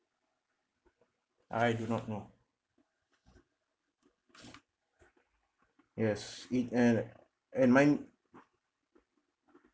I do not know yes it an~ and mine